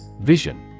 Vision